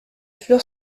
fleurs